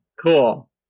Cool